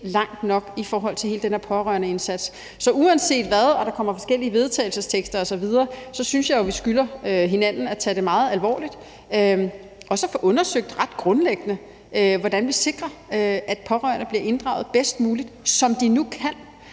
langt nok i forhold til hele den her pårørendeindsats. Så uanset hvad, og om der kommer forskellige vedtagelsestekster osv., synes jeg jo, vi skylder hinanden at tage det meget alvorligt, også at få undersøgt ret grundlæggende, hvordan vi sikrer, at pårørende bliver inddraget bedst muligt – som de nu kan.